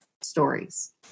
stories